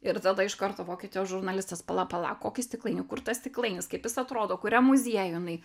ir tada iš karto vokietijos žurnalistas pala pala kokį stiklainį kur tas stiklainis kaip jis atrodo kuriam muziejuj jinai